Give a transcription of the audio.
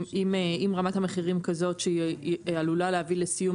אם רמת המחירים כזאת שהיא עלולה להביא לסיום